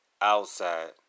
outside